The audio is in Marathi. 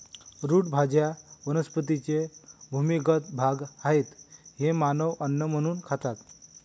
रूट भाज्या वनस्पतींचे भूमिगत भाग आहेत जे मानव अन्न म्हणून खातात